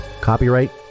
Copyright